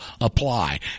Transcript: apply